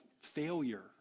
failure